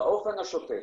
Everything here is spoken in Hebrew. באופן השוטף.